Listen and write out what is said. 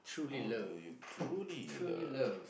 how do you truly love